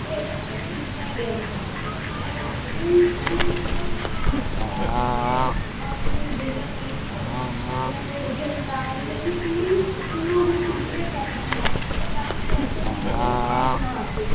उहा असांखे सूचना ॾियनि था ऐं हू हू सूचना किथां आणण था किथां हू हू डेटा कलैक्ट करे हुन में विझनि था हिनजी पूरी पूरो हू सिक्रेट रखनि था ताकि कंहिं ते बि कोई आच न अचे